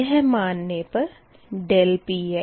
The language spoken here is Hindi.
यह मान ने पर Pii ViVkBik है